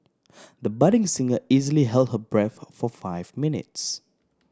the budding singer easily held her breath for for five minutes